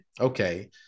okay